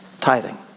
Tithing